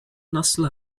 nasıl